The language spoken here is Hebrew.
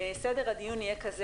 סדר הדיון יהיה כזה?